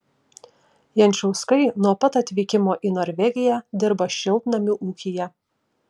jančauskai nuo pat atvykimo į norvegiją dirba šiltnamių ūkyje